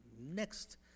next